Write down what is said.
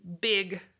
big